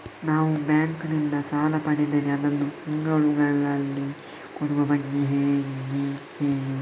ನಾವು ಬ್ಯಾಂಕ್ ನಿಂದ ಸಾಲ ಪಡೆದರೆ ಅದನ್ನು ತಿಂಗಳುಗಳಲ್ಲಿ ಕೊಡುವ ಬಗ್ಗೆ ಹೇಗೆ ಹೇಳಿ